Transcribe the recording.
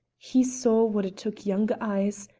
he saw what it took younger eyes,